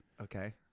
Okay